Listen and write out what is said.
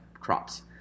crops